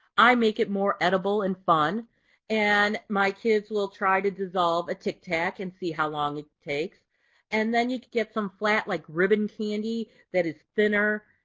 i make it more edible and fun and my kids will try to dissolve a tictac and see how long it takes and then you can get some flat like ribbon candy that is thinner.